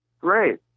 Great